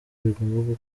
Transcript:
rigomba